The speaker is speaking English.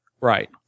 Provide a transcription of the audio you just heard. Right